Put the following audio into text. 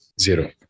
zero